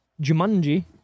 Jumanji